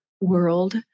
world